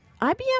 IBM